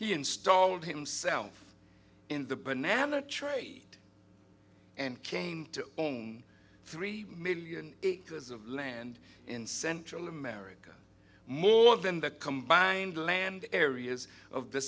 he installed himself in the banana trade and came to own three million acres of land in central america more than the combined land areas of the